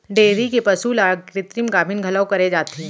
dairy के पसु ल कृत्रिम गाभिन घलौ करे जाथे